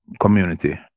community